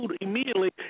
immediately